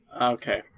Okay